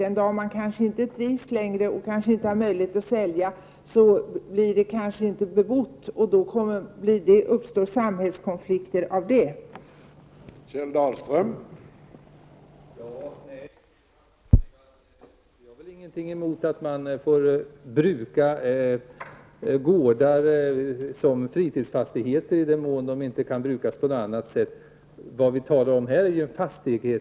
Den dag man inte trivs längre och inte har möjlighet att sälja blir fastigheten kanske inte bebodd, och då uppstår samhällskonflikter på grund av det.